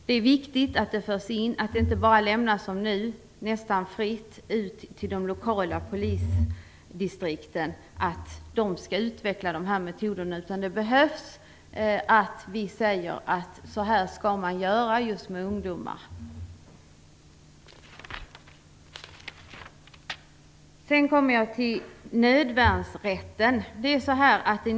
Det är viktigt att det inte, som nu, lämnas nästan fritt till de lokala polisdistrikten att utveckla dessa metoder. Det behövs att vi talar om hur man skall göra just med ungdomar. Sedan kommer jag till nödvärnsrätten.